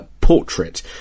portrait